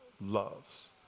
loves